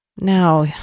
Now